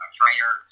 trainer